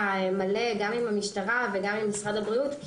מלא גם עם המשטרה וגם עם משרד הבריאות.